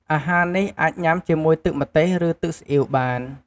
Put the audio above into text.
អាហារនេះអាចញ៉ាំជាមួយទឹកម្ទេសឬទឹកស៊ីអ៉ីវបាន។